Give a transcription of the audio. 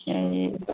এই